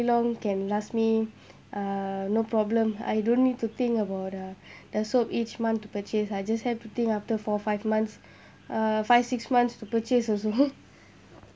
long can last me uh no problem I don't need to think about the the soap each month to purchase I just have to think after four five months uh five six months to purchase also